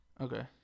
Okay